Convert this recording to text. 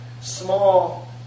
small